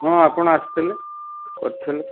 ହଁ ଆପଣ ଆସିଥିଲେ କରିଥିଲେ